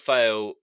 Fail